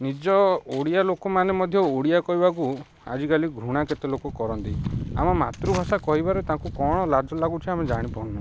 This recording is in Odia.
ନିଜ ଓଡ଼ିଆ ଲୋକମାନେ ମଧ୍ୟ ଓଡ଼ିଆ କହିବାକୁ ଆଜିକାଲି ଘୃଣା କେତେ ଲୋକ କରନ୍ତି ଆମ ମାତୃଭାଷା କହିବାରେ ତାଙ୍କୁ କ'ଣ ଲାଜ ଲାଗୁଛିି ଆମେ ଜାଣିପାରୁନାହୁଁ